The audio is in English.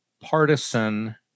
partisan